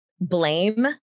blame